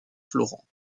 florent